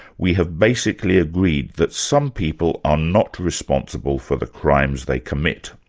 we have basically agreed that some people are not responsible for the crimes they commit,